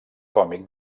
còmic